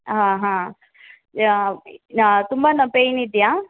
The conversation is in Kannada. ಹಾಂ ಹಾಂ ಯಾ ತುಂಬ ನ ಪೈನ್ ಇದೆಯಾ